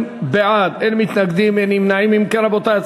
פיצויים בשל נזק שאינו ממוני ונגישות למידע מהמעסיק),